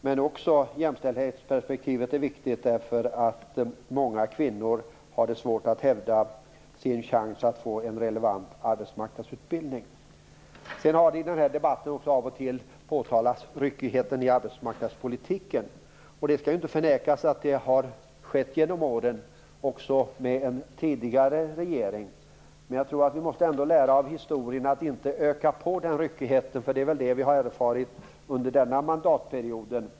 Men även jämställdhetsperspektivet är viktigt eftersom många kvinnor har svårt att hävda sig och få en relevant arbetsmarknadsutbildning. I den här debatten har man också av och till påtalat ryckigheten i arbetsmarknadspolitiken. Det skall inte förnekas att det har skett genom åren också med en tidigare regering. Men jag tror ändå att vi av historien måste lära oss att inte öka på den ryckigheten. Det är väl det som vi har erfarit under denna mandatperiod.